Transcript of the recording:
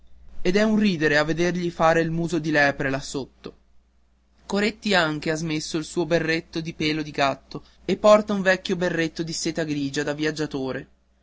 ed è un ridere a vedergli fare il muso di lepre là sotto coretti anche ha smesso il suo berretto di pel di gatto e porta un vecchio berretto di seta grigia da viaggiatore